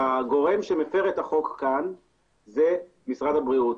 הגורם שמפר את החוק כאן זה משרד הבריאות